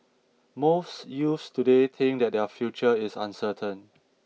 most youths today think that their future is uncertain